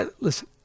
Listen